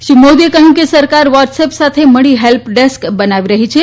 શ્રી મોદીએ કહ્યું કે સરકાર વોટસ અપ સાથે મળીને હેલ્પ ડેસ્ક બનાવી રહી છે